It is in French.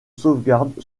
sauvegarde